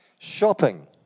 Shopping